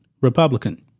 Republican